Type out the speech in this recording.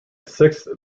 sixth